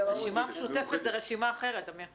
הרשימה המשותפת זאת רשימה אחרת, עמיר.